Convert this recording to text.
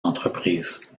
entreprise